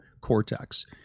cortex